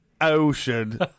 ocean